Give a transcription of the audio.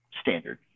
standard